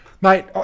Mate